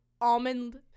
Almond